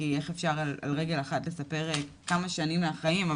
כי איך אפשר על רגל אחת לספר כמה שנים מהחיים?